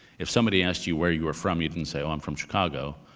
if somebody asked you where you were from, you didn't say oh, i'm from chicago,